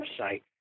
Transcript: website